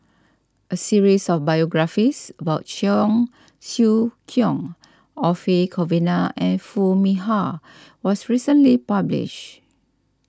a series of biographies about Cheong Siew Keong Orfeur Cavenagh and Foo Mee Har was recently published